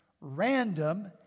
random